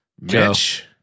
Mitch